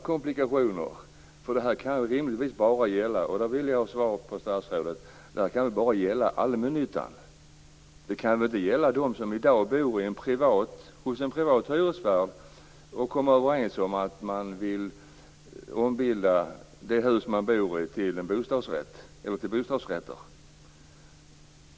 Sedan uppstår det andra komplikationer. Jag vill ha svar från statsrådet om detta bara gäller allmännyttan. Det kan väl inte gälla dem som i dag hyr av en privat hyresvärd och vill ombilda sina lägenheter till bostadsrätter.